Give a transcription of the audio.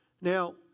Now